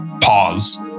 pause